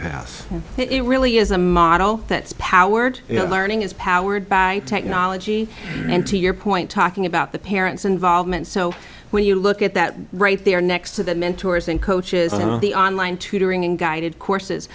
path it really is a model that's powered you know learning is powered by technology and to your point talking about the parents involvement so when you look at that right there next to the mentors and coaches and the online tutoring and guided courses